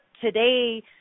Today